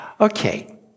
Okay